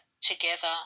together